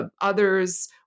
others